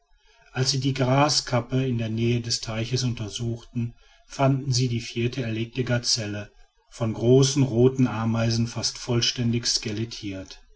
als sie die graskappe in der nähe des teiches untersuchten fanden sie die vierte erlegte gazelle von großen roten ameisen fast vollständig skelettiert